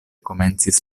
komencis